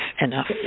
enough